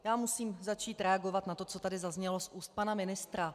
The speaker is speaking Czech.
Já musím začít reagovat na to, co tady zaznělo z úst pana ministra.